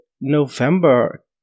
November